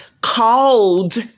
called